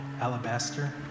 Alabaster